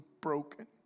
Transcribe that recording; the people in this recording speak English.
broken